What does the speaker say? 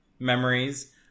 Memories